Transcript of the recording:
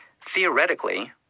theoretically